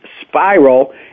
Spiral